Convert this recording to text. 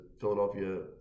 Philadelphia